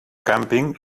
càmping